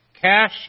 cash